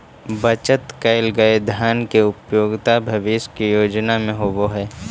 बचत कैल गए धन के उपयोगिता भविष्य के योजना में होवऽ हई